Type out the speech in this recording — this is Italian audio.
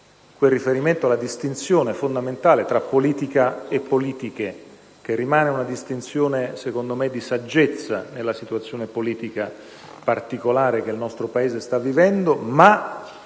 un riferimento alla distinzione fondamentale tra politica e politiche (che rimane una distinzione, secondo me, di saggezza nella situazione politica particolare che il nostro Paese sta vivendo),